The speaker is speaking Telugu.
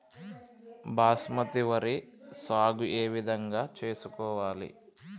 బాస్మతి వరి సాగు ఏ విధంగా చేసుకోవాలి?